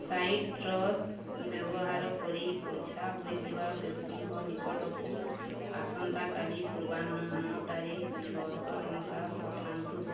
citrus ବ୍ୟବହାର କରି ବଛା ହୋଇଥିବା ବ୍ୟକ୍ତିଙ୍କ ନିକଟକୁ ଆସନ୍ତାକାଲି ପୂର୍ବାହ୍ନ ନଅଟାରେ ଛଅଶହ ଟଙ୍କା ପଠାନ୍ତୁ